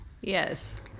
Yes